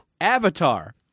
Avatar